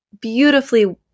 beautifully